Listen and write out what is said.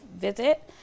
visit